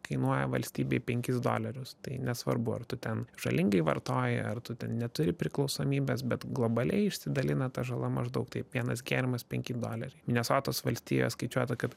kainuoja valstybei penkis dolerius tai nesvarbu ar tu ten žalingai vartoji ar tu ten neturi priklausomybės bet globaliai išsidalina ta žala maždaug taip vienas gėrimas penki doleriai minesotos valstijoj skaičiuota kad